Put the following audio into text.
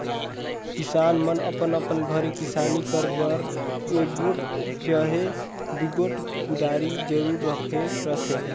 किसान मन अपन अपन घरे किसानी करे बर एगोट चहे दुगोट कुदारी जरूर राखे रहथे